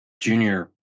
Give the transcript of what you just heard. junior